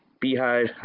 beehive